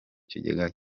kigega